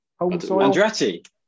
andretti